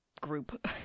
group